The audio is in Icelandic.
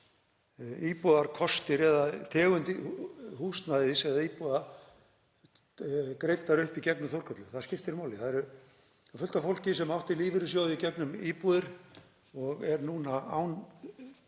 íbúðakostir, eða tegundir húsnæðis eða íbúða, greiddir upp í gegnum Þórkötlu. Það skiptir máli. Það er fullt af fólki sem átti í lífeyrissjóði í gegnum íbúðir og er núna án